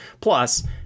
plus